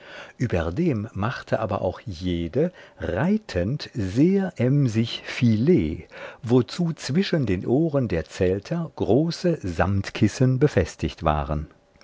überdem machte aber auch jede reitend sehr emsig filet wozu zwischen den ohren der zelter große samtkissen befestigt waren